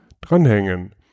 dranhängen